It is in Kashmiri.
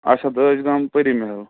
اچھا دٲچھ گام پٔری محل